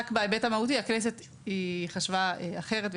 בהיבט המהותי הכנסת חשבה אחרת,